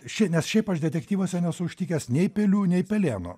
šie nes šiaip aš detektyvuose nesu užtikęs nei pelių nei pelėno